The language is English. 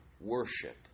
worship